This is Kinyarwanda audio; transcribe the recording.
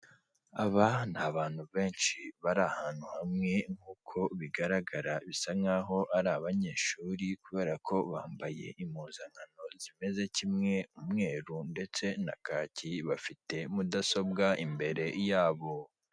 Aba ni abantu benshi bari ahantu hamwe nkuko bigaragara bisa nkaho ari abanyeshuri kubera ko bambaye impuzankano zimeze kimwe umweru ndetse na kaki bafite mudasobwa imbere yabo.